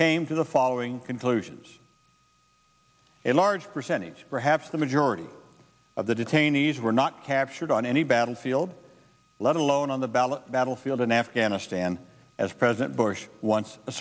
came to the following conclusions a large percentage perhaps the majority of the detainees were not captured on any battlefield let alone on the ballot battlefield in afghanistan as president bush